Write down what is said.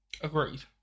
agreed